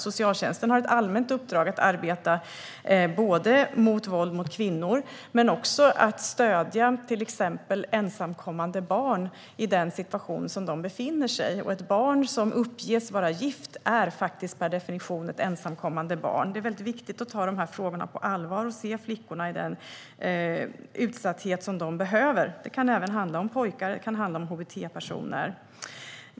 Socialtjänsten har ett allmänt uppdrag att arbeta mot våld mot kvinnor men också att stödja till exempel ensamkommande barn i den situation som de befinner sig i. Ett barn som uppges vara gift är per definition ett ensamkommande barn. Det är väldigt viktigt att ta de här frågorna på allvar, se flickorna i deras utsatthet och se deras behov. Det kan även handla om pojkar och om hbt-personer.